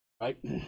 Right